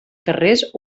carrers